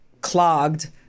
clogged